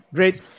Great